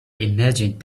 imagined